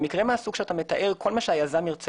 במקרה מהסוג שאתה מתאר כל מה שהיזם ירצה